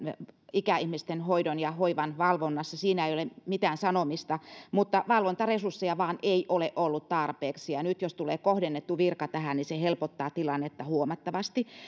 ikäihmisten hoidon ja hoivan valvonnassa siinä ei ole mitään sanomista mutta valvontaresursseja vain ei ole ollut tarpeeksi ja nyt jos tulee tähän kohdennettu virka niin se helpottaa tilannetta huomattavasti